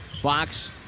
Fox